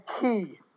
key